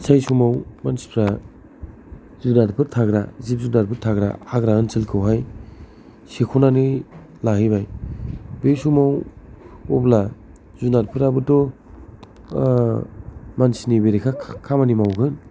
जाय समाव मानसिफ्रा जुनारफोर थाग्रा जिब जुनारफोर थाग्रा हाग्रा ओनसोलखौहाय सेख'नानै लाहैबाय बे समाव अब्ला जुनारफोराबोथ' मानसिनि बेरेखा खामानि मावगोन